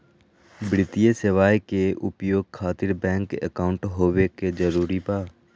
वित्तीय सेवाएं के उपयोग खातिर बैंक अकाउंट होबे का जरूरी बा?